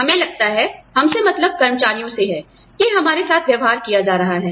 हमें लगता है हम से मतलब कर्मचारियों से है कि हमारे साथ व्यवहार किया जा रहा है